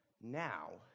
now